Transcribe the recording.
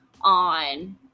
on